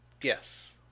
Yes